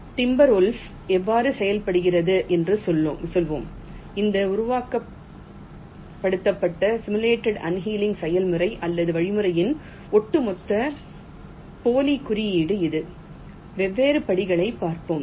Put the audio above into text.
timber wolf எவ்வாறு செயல்படுகிறது என்று சொல்வோம் இந்த உருவகப்படுத்தப்பட்ட சிமுலேட் அண்ணேலிங் செயல்முறை அல்லது வழிமுறையின் ஒட்டுமொத்த போலி குறியீடு இது வெவ்வேறு படிகளைப் பார்ப்போம்